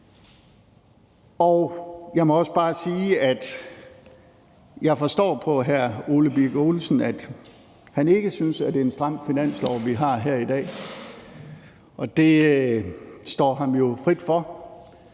jeg forstår på hr. Ole Birk Olesen, at han ikke synes, at det er en stramt forslag til finanslov, vi har her i dag, og det står ham jo frit for.